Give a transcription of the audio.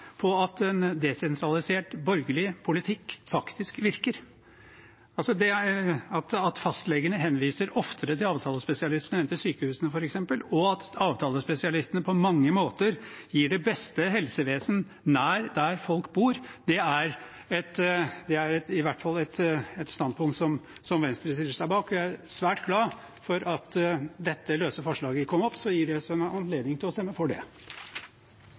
på at en desentralisert borgerlig politikk faktisk virker, f.eks. ved at fastlegene henviser oftere til avtalespesialistene enn til sykehusene, og at avtalespesialistene på mange måter gir det beste helsevesenet nær der folk bor. Det er i hvert fall et standpunkt Venstre stiller seg bak. Jeg er svært glad for at dette løse forslaget kom opp, så gir det oss en anledning til å stemme for det.